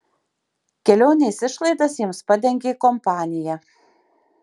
kelionės išlaidas jiems padengė kompanija